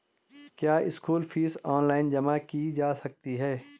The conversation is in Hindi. क्या स्कूल फीस ऑनलाइन जमा की जा सकती है?